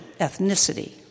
ethnicity